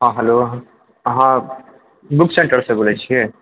हँ हैलो हँ book centre सऽ बोलै छियै